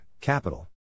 Capital